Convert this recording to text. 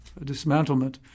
dismantlement